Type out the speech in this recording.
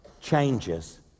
changes